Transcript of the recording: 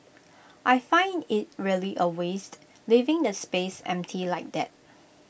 I find IT really A waste leaving the space empty like that